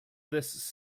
this